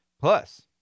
Plus